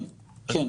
כן.